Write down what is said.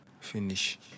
Finish